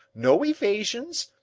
no evasion!